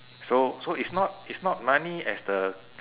so so it's not it's not money as the